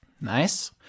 Nice